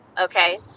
Okay